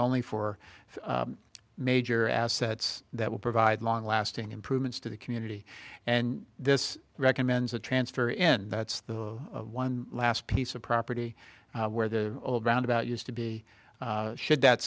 only for major assets that will provide long lasting improvements to the community and this recommends a transfer in that's the one last piece of property where the old roundabout used to be should that